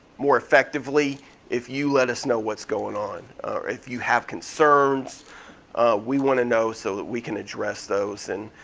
more effectively if you let us know what's going on. if you have concerns we wanna know so that we can address those and